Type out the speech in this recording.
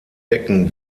decken